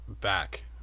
back